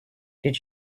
did